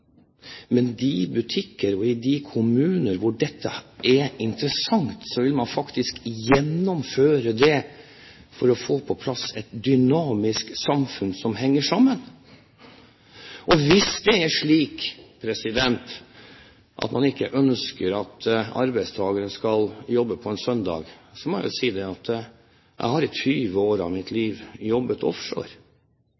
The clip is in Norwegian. Men i de butikker og i de kommuner hvor dette er interessant, vil man faktisk gjennomføre det for å få på plass et dynamisk samfunn som henger sammen. Hvis det er slik at man ikke ønsker at arbeidstakere skal jobbe på en søndag, da må jeg si at jeg i 20 år av mitt